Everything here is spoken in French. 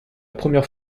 première